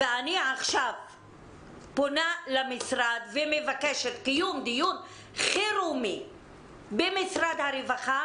אני עכשיו פונה למשרד ומבקשת קיום דיון חירום במשרד הרווחה